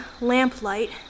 lamplight